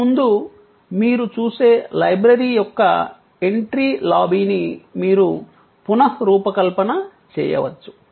మీ ముందు మీరు చూసే లైబ్రరీ యొక్క ఎంట్రీ లాబీని మీరు పునఃరూపకల్పన చేయవచ్చు